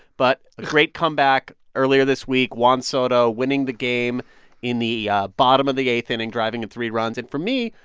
but a great comeback earlier this week. juan soto winning the game in the bottom of the eighth inning, driving in three runs. and for me,